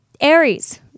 Aries